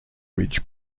ridge